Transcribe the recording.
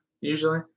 usually